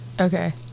Okay